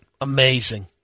Amazing